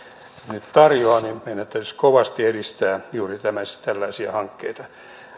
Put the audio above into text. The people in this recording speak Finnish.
nyt tarjoaa meidän täytyisi kovasti edistää juuri tällaisia hankkeita